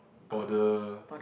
bother